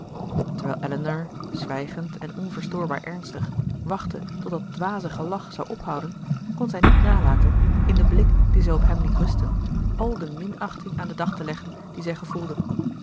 terwijl elinor zwijgend en onverstoorbaar ernstig wachtte tot dat dwaze gelach zou ophouden kon zij niet nalaten in den blik dien zij op hem liet rusten al de minachting aan den dag te leggen die zij gevoelde